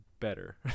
Better